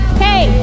hey